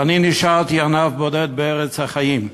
ואני נשארתי ענף בודד בארץ החיים.